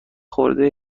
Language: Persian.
خورده